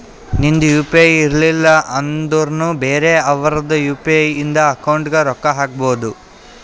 ನಿಂದ್ U P I ಇರ್ಲಿಲ್ಲ ಅಂದುರ್ನು ಬೇರೆ ಅವ್ರದ್ ಯು.ಪಿ.ಐ ಇಂದ ಅಕೌಂಟ್ಗ್ ರೊಕ್ಕಾ ಹಾಕ್ಬೋದು